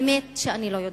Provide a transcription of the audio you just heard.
האמת שאני לא יודעת,